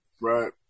Right